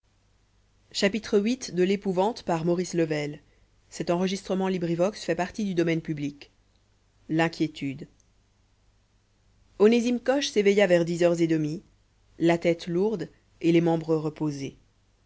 l'inquietude onésime coche s'éveilla vers dix heures et demie la tête lourde et les membres reposés